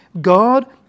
God